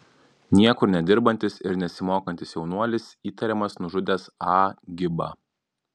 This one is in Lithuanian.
niekur nedirbantis ir nesimokantis jaunuolis įtariamas nužudęs a gibą